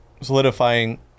solidifying